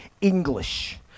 English